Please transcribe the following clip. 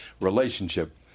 relationship